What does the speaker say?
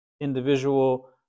individual